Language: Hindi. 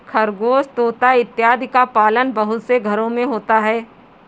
खरगोश तोता इत्यादि का पालन बहुत से घरों में होता है